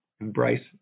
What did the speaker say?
Embrace